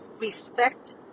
respect